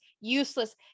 useless